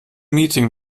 meeting